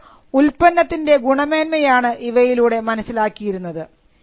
പിന്നീട് ഉൽപ്പന്നത്തിൻറെ ഗുണമേന്മയാണ് ഇവയിലൂടെ മനസ്സിലാക്കിയിരുന്നത്